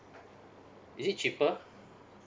is it cheaper